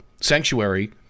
sanctuary